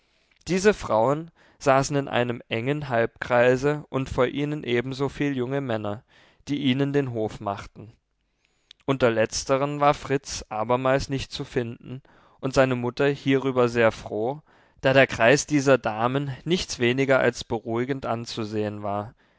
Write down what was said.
diese frauen saßen in einem engen halbkreise und vor ihnen ebensoviel junge männer die ihnen den hof machten unter letzteren war fritz abermals nicht zu finden und seine mutter hierüber sehr froh da der kreis dieser damen nichts weniger als beruhigend anzusehen war